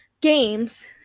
games